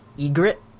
egret